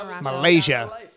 Malaysia